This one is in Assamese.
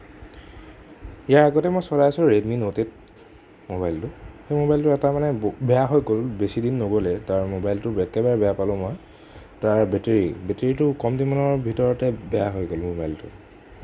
ইয়াৰ আগতে মই চলাইছিলোঁ ৰেডমি নট এইট মোবাইলটো সেই মোবাইলটোৰ এটা মানে বেয়া হৈ গ'ল বেছি দিন নগ'লেই তাৰ মোবাইলটো একেবাৰে বেয়া পালোঁ মই তাৰ বেটেৰী বেটেৰীটো কম দিন মানৰ ভিতৰতে বেয়া হৈ গ'ল মোবাইলটোৰ